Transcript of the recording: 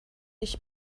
ich